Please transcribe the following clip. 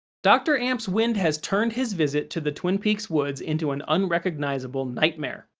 dr. amp's wind has turned his visit to the twin peaks woods into an unrecognizable nightmare.